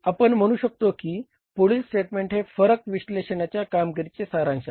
आपण म्हणू शकतो की पुढील स्टेटमेंट हे फरक विश्लेषणाच्या कामगिरीचे सारांश आहे